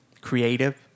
creative